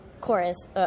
chorus